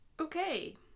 Okay